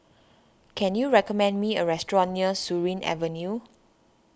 can you recommend me a restaurant near Surin Avenue